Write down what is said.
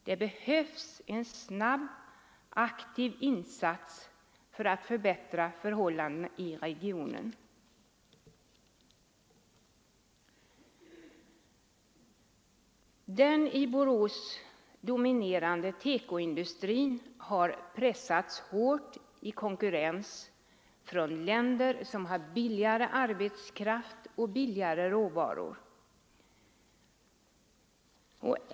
Det behövs alltså en snabb, aktiv insats för att förbättra förhållandena i regionen. Den i Borås dominerande TEKO-industrin har pressats hårt i konkurrensen från länder som har billigare arbetskraft och billigare råvaror.